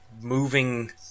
moving